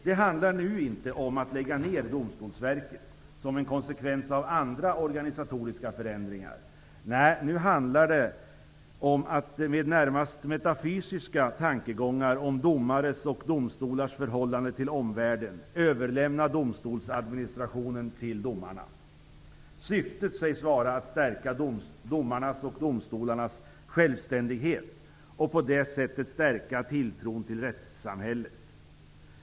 Nu handlar det inte om att lägga ner Domstolsverket som en konsekvens av andra organisatoriska förändringar. Nu handlar det i stället om att, med närmast metafysiska tankegångar om domares och domstolars förhållande till omvärlden, överlämna domstolsadministrationen till domarna. Syftet sägs vara att stärka domarnas och domstolarnas självständighet för att på det sättet stärka tilltron till rättssamhället.